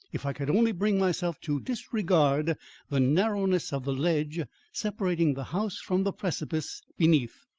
if i could only bring myself to disregard the narrowness of the ledge separating the house from the precipice beneath,